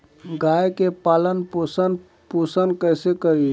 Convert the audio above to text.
गाय के पालन पोषण पोषण कैसे करी?